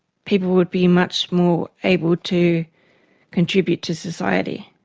people would be much more able to contribute to society.